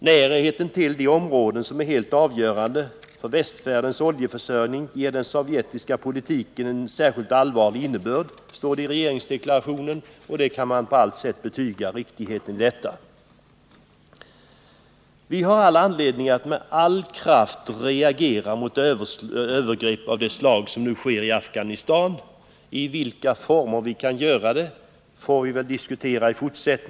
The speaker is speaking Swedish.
”Närheten till områden som är helt avgörande för västvärldens oljeförsörjning ger den sovjetiska politiken en särskilt allvarlig innebörd”, står det i regeringsdeklarationen. Riktigheten härav kan på allt sätt betygas. Vi har anledning att med all kraft reagera mot övergrepp av det slag som det är fråga om i Afghanistan. Vi får väl framdeles diskutera i vilka former vi kan göra detta.